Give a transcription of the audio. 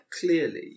clearly